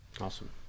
Awesome